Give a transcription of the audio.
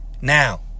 now